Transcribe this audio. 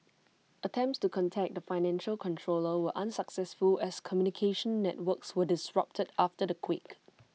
attempts to contact the financial controller were unsuccessful as communication networks were disrupted after the quake